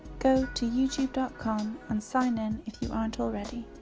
go to youtube dot com and sign in if you aren't already.